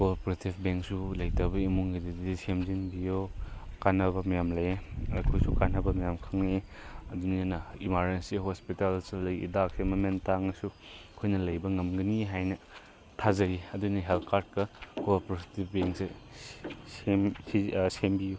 ꯀꯣ ꯑꯣꯄꯔꯦꯇꯤꯕ ꯕꯦꯡꯛꯁꯨ ꯂꯩꯇꯕ ꯏꯃꯨꯡꯒꯤꯗꯤ ꯁꯦꯝꯖꯤꯟꯕꯨꯎ ꯀꯥꯟꯅꯕ ꯃꯌꯥꯝ ꯂꯩꯌꯦ ꯑꯩꯈꯣꯏꯁꯨ ꯀꯥꯟꯅꯕ ꯃꯌꯥꯝ ꯈꯪꯏ ꯑꯗꯨꯅꯤꯅ ꯏꯃꯥꯔꯖꯦꯟꯁꯤ ꯍꯣꯁꯄꯤꯇꯥꯜꯁꯨ ꯂꯩ ꯍꯤꯗꯥꯛꯁꯦ ꯃꯃꯜ ꯇꯥꯡꯂꯁꯨ ꯑꯩꯈꯣꯏꯅ ꯂꯩꯕ ꯉꯝꯒꯅꯤ ꯍꯥꯏꯅ ꯊꯥꯖꯔꯤ ꯑꯗꯨꯅꯤ ꯍꯦꯜꯠ ꯀꯥꯔꯗꯀ ꯀꯣ ꯑꯣꯄꯔꯦꯇꯤꯕ ꯕꯦꯡꯛꯁꯦ ꯁꯦꯝꯕꯤꯎ